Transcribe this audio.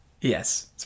Yes